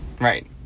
right